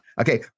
Okay